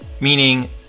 Meaning